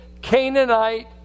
Canaanite